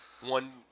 one